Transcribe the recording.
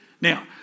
Now